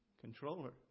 controller